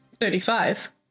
Thirty-five